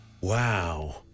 Wow